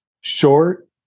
short